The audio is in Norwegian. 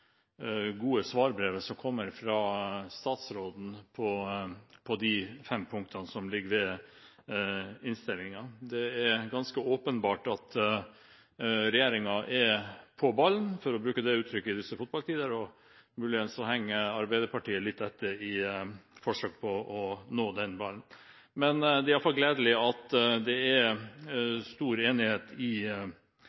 gode svarbrevet som kom fra statsråden, som ligger ved innstillingen, og som svarer på de fem punktene. Det er ganske åpenbart at regjeringen er på ballen, for å bruke det uttrykket i disse fotballtider, og muligens henger Arbeiderpartiet litt etter i et forsøk på å nå den ballen. Det er i alle fall gledelig at det er